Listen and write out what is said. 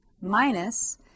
minus